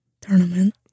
tournament